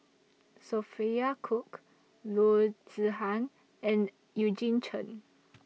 Sophia Cooke Loo Zihan and Eugene Chen